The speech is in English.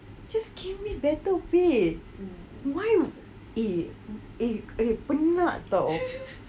just give me better wage why would eh eh penat [tau]